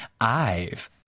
IVE